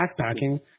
backpacking